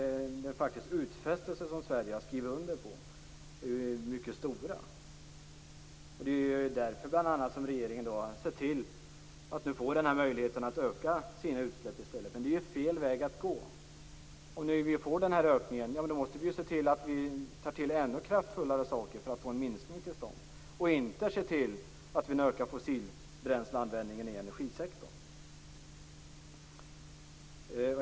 De utfästelser som Sverige faktiskt har gjort är mycket stora. Det är bl.a. därför som regeringen har sett till att få denna möjlighet att öka utsläppen i stället, men det är ju fel väg att gå. När vi nu får denna ökning måste vi ju se till att ta till ännu kraftfullare åtgärder för att få en minskning till stånd och inte se till att det blir en ökad fossilbränsleanvändning i energisektorn.